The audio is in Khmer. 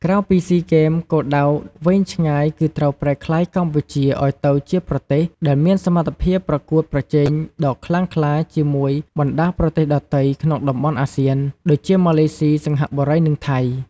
ក្រៅពីស៊ីហ្គេម គោលដៅវែងឆ្ងាយគឺត្រូវប្រែក្លាយកម្ពុជាឱ្យទៅជាប្រទេសដែលមានសមត្ថភាពប្រកួតប្រជែងដ៏ខ្លាំងក្លាជាមួយបណ្តាប្រទេសដទៃក្នុងតំបន់អាស៊ាន ដូចជាម៉ាឡេស៊ី សិង្ហបុរី និងថៃ។